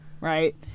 right